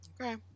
Okay